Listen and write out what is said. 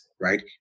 right